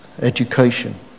education